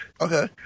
Okay